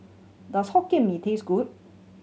does Hokkien Mee taste good